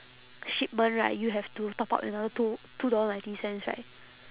shipment right you have to top up another two two dollar ninety cents right